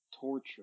torture